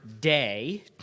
Day